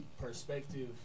perspective